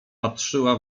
patrzyła